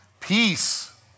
peace